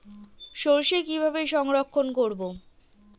সরষে কিভাবে সংরক্ষণ করব?